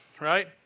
right